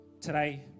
today